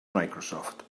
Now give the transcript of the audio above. microsoft